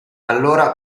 allora